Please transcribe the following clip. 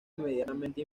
inmediatamente